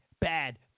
bad